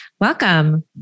Welcome